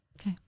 Okay